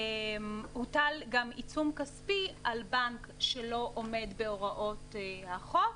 הוטל גם עיצום כספי על בנק שלא עומד בהוראות החוק